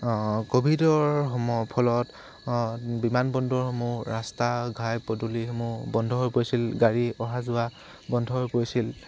ক'ভিডৰ সময়ৰ ফলত বিমানবন্দৰসমূহ ৰাস্তা ঘাই পদূলিসমূহ বন্ধ হৈ পৰিছিল গাড়ী অহা যোৱা বন্ধ হৈ পৰিছিল